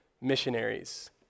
missionaries